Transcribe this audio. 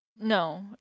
No